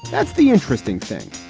that's the interesting thing.